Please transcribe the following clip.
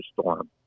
storm